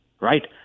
Right